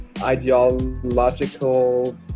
ideological